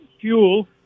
fuel